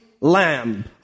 lamb